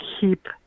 keep